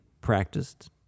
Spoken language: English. practiced